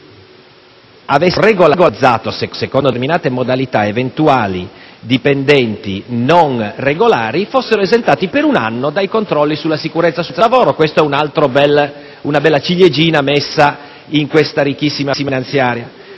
che avessero regolarizzato secondo determinate modalità eventuali dipendenti non regolari fossero esentati per un anno dai controlli relativi alla sicurezza sul lavoro: un'altra bella ciliegina messa su questa ricchissima finanziaria.